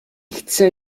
chce